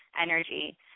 energy